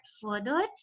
further